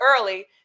early